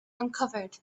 uncovered